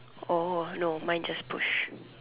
oh no mine just push